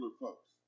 folks